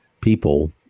people